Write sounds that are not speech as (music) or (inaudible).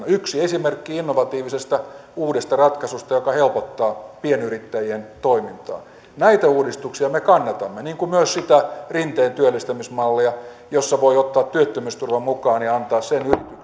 (unintelligible) yksi esimerkki innovatiivisesta uudesta ratkaisusta joka helpottaa pienyrittäjien toimintaa näitä uudistuksia me kannatamme niin kuin myös sitä rinteen työllistämismallia jossa voi ottaa työttömyysturvan mukaan ja antaa sen